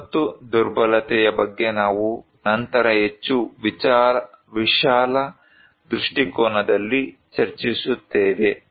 ವಿಪತ್ತು ದುರ್ಬಲತೆಯ ಬಗ್ಗೆ ನಾವು ನಂತರ ಹೆಚ್ಚು ವಿಶಾಲ ದೃಷ್ಟಿಕೋನದಲ್ಲಿ ಚರ್ಚಿಸುತ್ತೇವೆ